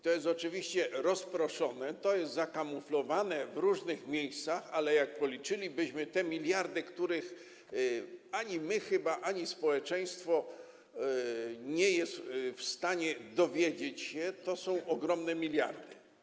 To jest oczywiście rozproszone, to jest zakamuflowane w różnych miejscach, ale jak policzylibyśmy te miliardy, o których chyba ani my, ani społeczeństwo nie jest w stanie się dowiedzieć, to są ogromne miliardy.